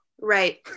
Right